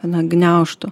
na gniaužtų